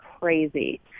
crazy